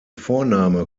vorname